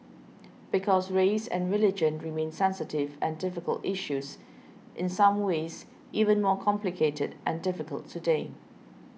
because race and religion remain sensitive and difficult issues in some ways even more complicated and difficult today